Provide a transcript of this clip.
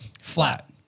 Flat